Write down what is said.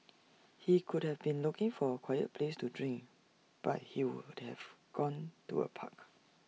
he could have been looking for A quiet place to drink but he would have gone to A park